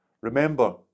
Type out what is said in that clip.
Remember